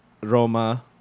Roma